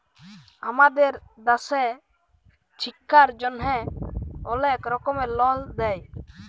আমাদের দ্যাশে ছিক্ষার জ্যনহে অলেক রকমের লল দেয়